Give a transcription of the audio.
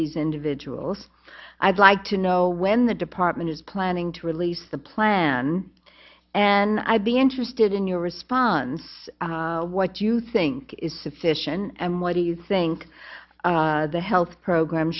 these individuals i'd like to know when the department is planning to release the plan and i'd be interested in your response what you think is sufficient and what do you think the health program